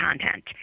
content